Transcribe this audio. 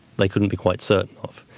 they couldn't be quite certain of.